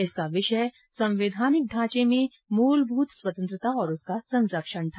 इसका विषय संवैधानिक ढांचे में मूलभूत स्वतंत्रता और उसका संरक्षण था